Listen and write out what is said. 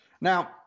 Now